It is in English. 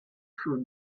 through